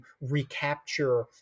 recapture